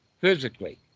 physically